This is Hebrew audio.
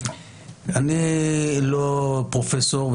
אני לא פרופסור,